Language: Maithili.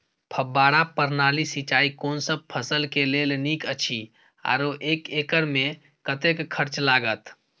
फब्बारा प्रणाली सिंचाई कोनसब फसल के लेल नीक अछि आरो एक एकर मे कतेक खर्च लागत?